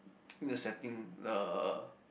in the setting the